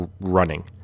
running